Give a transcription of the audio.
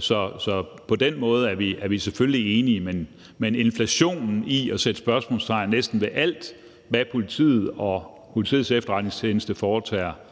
Så på den måde er vi selvfølgelig enige, men når der går inflationen i at sætte spørgsmålstegn ved næsten alt, hvad politiet og Politiets Efterretningstjeneste foretager